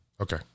Okay